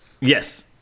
Yes